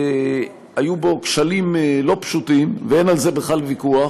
היו בו כשלים לא פשוטים, ואין על זה בכלל ויכוח,